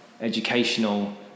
educational